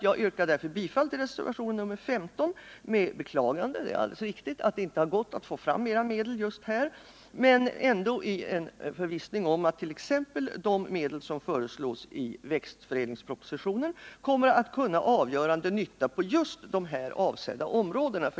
Jag yrkar därför bifall till reservationen 15 med beklagande att det inte har gått att få fram mer medel just här men med en förvissning om att 1. ex. de medel som föreslås i växtförädlingspropositionen kommer att göra avgörande nytta på dessa områden.